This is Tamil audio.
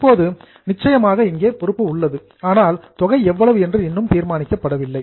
இப்போது நிச்சயமாக இங்கே பொறுப்பு உள்ளது ஆனால் தொகை எவ்வளவு என்று இன்னும் தீர்மானிக்கப்படவில்லை